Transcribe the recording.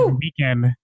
weekend